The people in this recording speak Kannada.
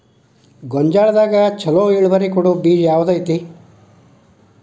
ಗೊಂಜಾಳದಾಗ ಛಲೋ ಇಳುವರಿ ಕೊಡೊ ಬೇಜ ಯಾವ್ದ್ ಐತಿ?